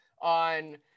on